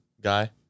guy